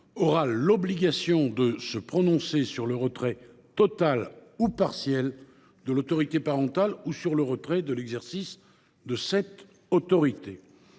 aura l’obligation de se prononcer sur le retrait total ou partiel de l’autorité parentale ou sur le retrait de son exercice. Le troisième